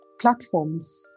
platforms